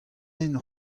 hent